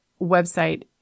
website